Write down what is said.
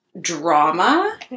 drama